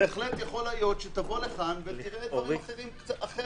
ויכול להיות שתבוא לכאן ותראה דברים אחרת.